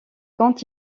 quand